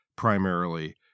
Primarily